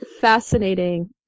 fascinating